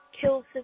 kills